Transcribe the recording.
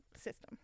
system